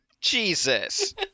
Jesus